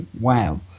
wow